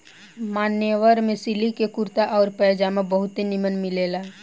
मान्यवर में सिलिक के कुर्ता आउर पयजामा बहुते निमन मिलेला